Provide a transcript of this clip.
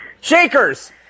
Shakers